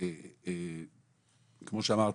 כמו שאמרתי,